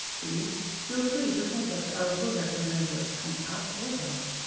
please feel free to contact our product managers and ask for help!